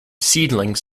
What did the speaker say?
seedlings